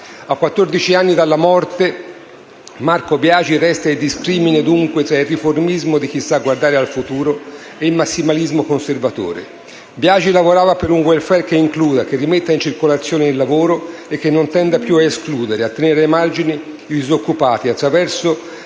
A quattordici anni dalla morte, Marco Biagi resta dunque il discrimine tra il riformismo di chi sa guardare al futuro e il massimalismo conservatore. Biagi lavorava per un *welfare* che includa, che rimetta in circolazione il lavoro e che non tenda più a escludere, a tenere ai margini i disoccupati, attraverso